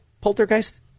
poltergeist